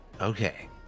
Okay